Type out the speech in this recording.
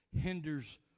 hinders